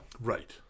Right